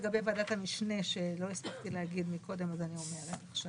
לגבי ועדת המשנה שלא הספקתי להגיד קודם ואני רוצה להגיד עכשיו.